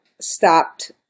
stopped